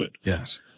Yes